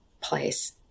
place